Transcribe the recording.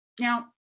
Now